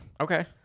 Okay